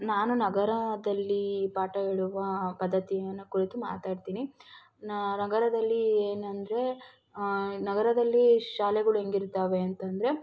ನಾನು ನಗರದಲ್ಲಿ ಪಾಠ ಹೇಳುವ ಪದ್ಧತಿಯನ್ನು ಕುರಿತು ಮಾತಾಡ್ತೀನಿ ನ ನಗರದಲ್ಲಿ ಏನಂದರೆ ನಗರದಲ್ಲಿ ಶಾಲೆಗಳು ಹೇಗಿರ್ತಾವೆ ಅಂತಂದರೆ